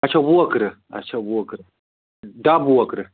اچھا ووکرٕ اچھا ووکرٕ ڈَب ووکرٕ